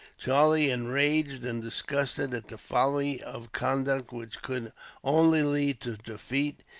charlie, enraged and disgusted at the folly of conduct which could only lead to defeat,